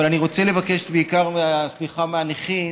אבל אני רוצה לבקש בעיקר סליחה מהנכים